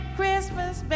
Christmas